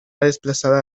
desplazada